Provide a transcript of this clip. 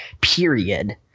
Period